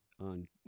On